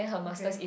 okay